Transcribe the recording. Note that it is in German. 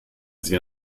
sie